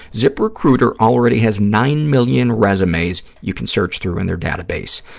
ziprecruiter already has nine million resumes you can search through in their database.